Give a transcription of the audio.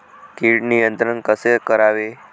कीड नियंत्रण कसे करावे?